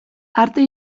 arte